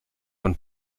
von